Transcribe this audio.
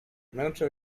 męczą